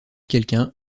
quelqu’un